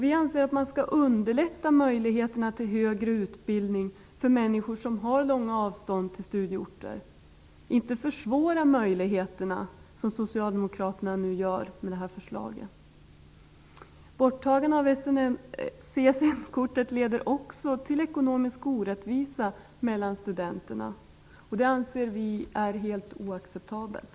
Vi anser att man skall underlätta för människor som har långa avstånd till studieorter att skaffa sig högre utbildning, inte försvåra, som socialdemokraterna gör med detta förslag. Borttagande av CSN kortet leder också till ekonomisk orättvisa mellan studenter, och det anser vi är helt oacceptabelt.